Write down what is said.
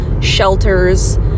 shelters